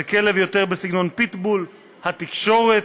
זה כלב יותר מסגנון פיטבול, התקשורת,